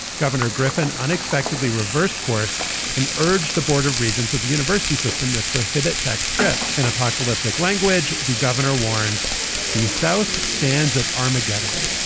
governor griffin unexpectedly reversed course and. urged the board of regents of the university system to prohibit tax trip in apocalyptic language. the governor warned the south stands at armageddon.